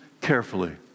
carefully